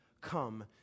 come